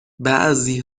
بعضی